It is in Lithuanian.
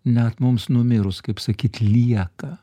net mums numirus kaip sakyt lieka